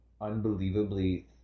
unbelievably